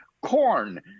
corn